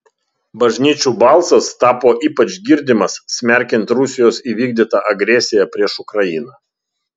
bažnyčių balsas tapo ypač girdimas smerkiant rusijos įvykdytą agresiją prieš ukrainą